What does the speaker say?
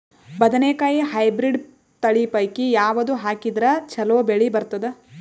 ಬದನೆಕಾಯಿ ಹೈಬ್ರಿಡ್ ತಳಿ ಪೈಕಿ ಯಾವದು ಹಾಕಿದರ ಚಲೋ ಬೆಳಿ ಬರತದ?